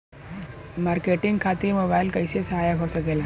Marketing खातिर mobile कइसे सहायक हो सकेला?